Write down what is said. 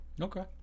okay